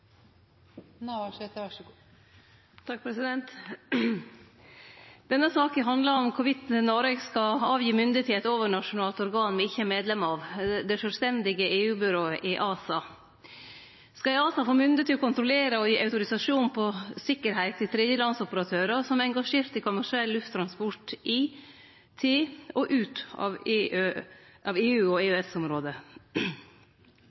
òg sett i samanheng med heile Europa. Denne saka handlar om Noreg skal gi frå seg mynde til eit overnasjonalt organ me ikkje er medlem av, det sjølvstendige EU-byrået EASA. Skal EASA få mynde til å kontrollere og gi autorisasjon på sikkerheit til tredjelandsoperatørar som er engasjerte i kommersiell lufttransport i, til og ut av EU/EØS-området? Årsaka til at Senterpartiet og